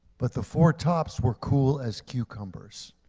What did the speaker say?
but the four tops were cool as cucumbers.